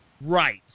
Right